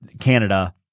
Canada